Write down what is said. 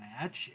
match